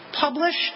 published